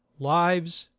lives,